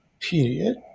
period